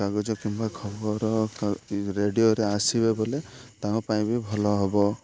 କାଗଜ କିମ୍ବା ଖବର ରେଡ଼ିଓରେ ଆସିବେ ବୋଲେ ତାଙ୍କ ପାଇଁ ବି ଭଲ ହେବ